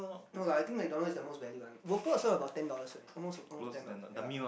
no lah I think McDonald is the most value one whooper also I got ten dollar only almost almost ten dollar yea